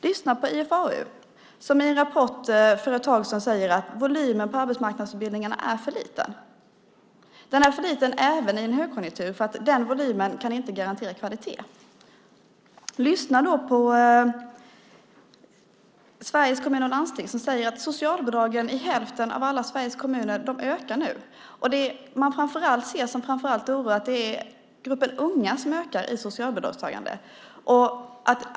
Lyssna på IFAU som i en rapport för ett tag sedan säger att volymen på arbetsmarknadsutbildningarna är för liten. Den är för liten även i en högkonjunktur. Den volymen kan inte garantera kvalitet. Lyssna på Sveriges Kommuner och Landsting som säger att socialbidragen i hälften av alla Sveriges kommuner ökar nu. Det som framför allt oroar är att gruppen unga ökar i socialbidragstagande.